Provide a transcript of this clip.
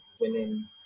winning